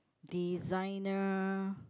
designer